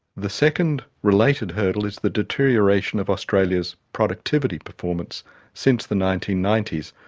the second, related hurdle is the deterioration of australia's productivity performance since the nineteen ninety s,